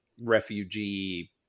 Refugee